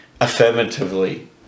affirmatively